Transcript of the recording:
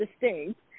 distinct